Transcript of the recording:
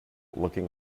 looking